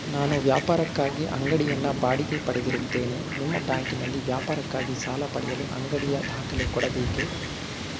ನಾನು ವ್ಯಾಪಾರಕ್ಕಾಗಿ ಅಂಗಡಿಯನ್ನು ಬಾಡಿಗೆ ಪಡೆದಿರುತ್ತೇನೆ ನಿಮ್ಮ ಬ್ಯಾಂಕಿನಲ್ಲಿ ವ್ಯಾಪಾರಕ್ಕಾಗಿ ಸಾಲ ಪಡೆಯಲು ಅಂಗಡಿಯ ದಾಖಲೆ ಕೊಡಬೇಕೇ?